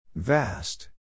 Vast